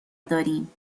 داریم